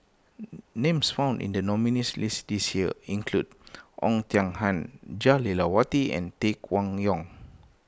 names found in the nominees' list this year include Oei Tiong Ham Jah Lelawati and Tay Kwang Yong